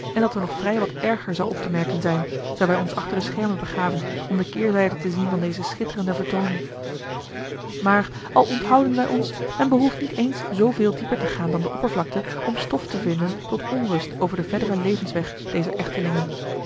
en dat er nog vrij wat erger zou op te merken zijn zoo wij ons achter de schermen begaven om de keerzijde te zien van deze schitterende vertooning maar al onthouden wij ons men behoeft niet eens zooveel dieper te gaan dan de oppervlakte om stof te vinden tot onrust over den verderen levensweg dezer